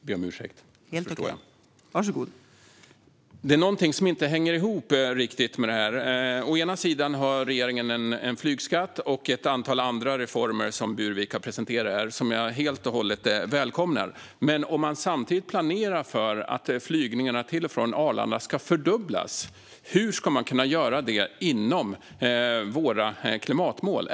Fru talman! Det är någonting som inte riktigt hänger ihop. Å ena sidan har regeringen infört en flygskatt och ett antal andra reformer som Burwick har presenterat, som jag helt och hållet välkomnar, men om man å andra sidan samtidigt planerar för att flygningarna till och från Arlanda ska fördubblas, hur ska det göras inom klimatmålen?